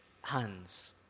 hands